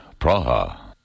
Praha